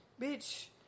Bitch